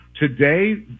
Today